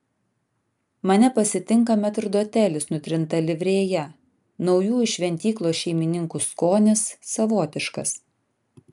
mane pasitinka metrdotelis nutrinta livrėja naujųjų šventyklos šeimininkų skonis savotiškas